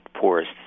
poorest